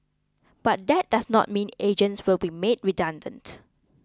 but that does not mean agents will be made redundant